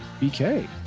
BK